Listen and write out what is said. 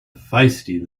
feisty